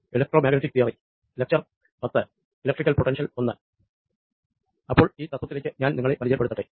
electrical potential I അപ്പോൾ ഈ തത്വത്തിലേക്ക് ഞാൻ നിങ്ങളെ പരിചയപ്പെടുത്തട്ടെ